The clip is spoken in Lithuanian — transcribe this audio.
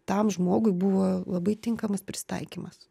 tam žmogui buvo labai tinkamas prisitaikymas